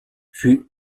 fut